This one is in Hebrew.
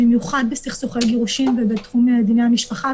במיוחד בסכסוכי גירושין ותחומי דיני המשפחה.